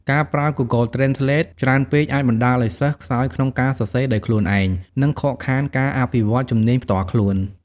ការប្រើ Google Translate ច្រើនពេកអាចបណ្ដាលឲ្យសិស្ស ខ្សោយក្នុងការសរសេរដោយខ្លួនឯង និងខកខានការអភិវឌ្ឍជំនាញផ្ទាល់ខ្លួន។